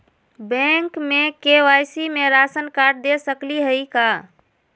Bank में KYC में ration card दे सकली हई का?